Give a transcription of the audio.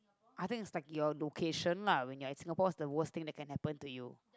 I think it's like your location lah when you're in Singapore what's the worst thing that can happen to you